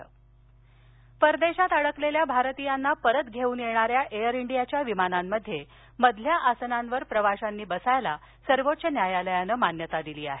air India विमान आसनव्यवस्था परदेशात अडकलेल्या भारतीयांना परत घेऊन येणाऱ्या एअर इंडियाच्या विमानांमध्ये मधल्या आसनांवर प्रवाशांनी बसण्यास सर्वोच्च न्यायालयाने मान्यता दिली आहे